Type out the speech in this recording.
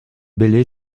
belley